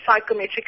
psychometric